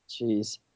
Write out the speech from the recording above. Jeez